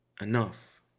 enough